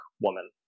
woman